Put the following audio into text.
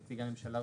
נציגי הממשלה,